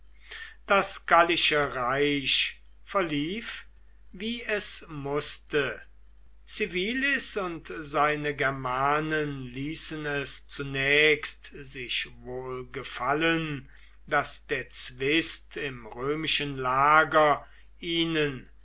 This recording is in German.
das gallische reich verlief wie es mußte civilis und seine germanen ließen es zunächst sich wohl gefallen daß der zwist im römischen lager ihnen